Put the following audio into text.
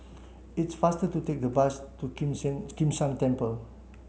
it's faster to take a bus to Kim Kim San Temple